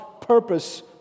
purpose